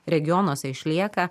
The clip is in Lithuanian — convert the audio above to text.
regionuose išlieka